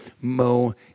Mo